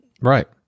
Right